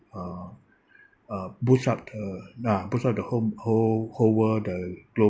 uh uh boost up the uh boost up the whole whole whole world the global